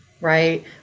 Right